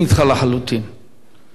שאת המראות שאנחנו רואים